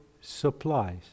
supplies